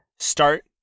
start